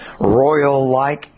royal-like